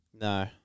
No